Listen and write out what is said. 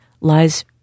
lies